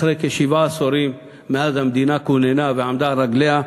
אחרי כשבעה עשורים מאז כוננה המדינה ועמדה על רגליה,